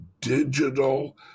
Digital